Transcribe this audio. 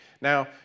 Now